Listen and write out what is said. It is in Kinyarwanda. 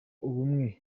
ubumwe